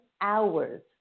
hours